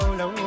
no